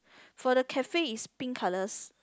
for the cafe it's pink colours